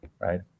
right